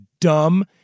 dumb